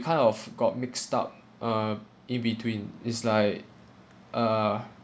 kind of got mixed up uh in between is like uh